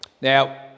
Now